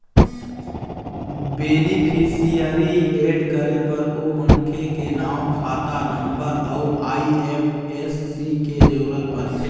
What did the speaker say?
beneficiary add करे बर ओ मनखे के नांव, खाता नंबर अउ आई.एफ.एस.सी के जरूरत परथे